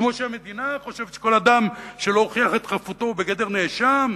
כמו שהמדינה חושבת שכל אדם שלא הוכיח את חפותו הוא בגדר נאשם.